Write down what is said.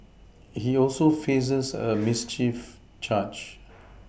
he also faces a mischief charge